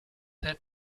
said